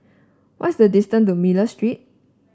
what is the distance to Miller Street